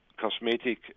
cosmetic